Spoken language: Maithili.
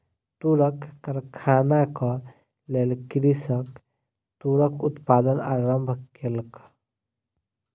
तूरक कारखानाक लेल कृषक तूरक उत्पादन आरम्भ केलक